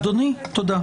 אדוני, תודה.